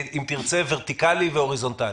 אם תרצה, ורטיקלי והוריזונטלי.